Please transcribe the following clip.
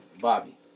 Bobby